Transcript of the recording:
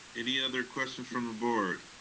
any other questions from the board?